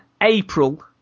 April